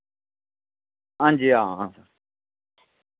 हांजी हां